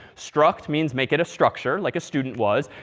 struct means, make it a structure, like a student was.